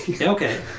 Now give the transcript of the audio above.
okay